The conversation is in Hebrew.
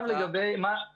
אחד